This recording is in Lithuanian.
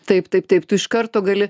taip taip taip tu iš karto gali